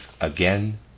again